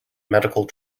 medical